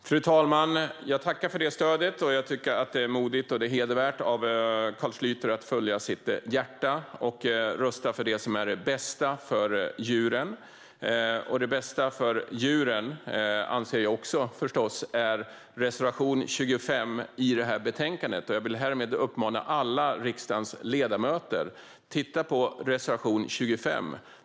Fru talman! Jag tackar för det stödet. Det är modigt och hedervärt av Carl Schlyter att följa sitt hjärta och rösta för det som är det bästa för djuren. Det bästa för djuren anser jag också förstås är reservation 25 i betänkandet. Jag vill härmed uppmana alla riksdagens ledamöter: Titta på reservation 25.